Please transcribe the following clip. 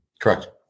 Correct